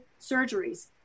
surgeries